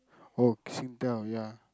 oh Singtel ya